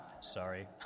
Sorry